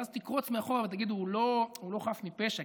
ואז תקרוץ מאחורה ותגיד: הוא לא חף מפשע,